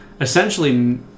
essentially